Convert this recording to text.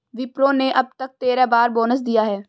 विप्रो ने अब तक तेरह बार बोनस दिया है